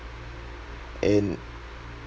and